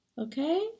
Okay